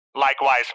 likewise